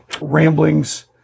ramblings